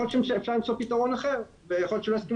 יכול להיות שאפשר למצוא פתרון אחר ויכול להיות שלא יסכימו